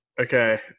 Okay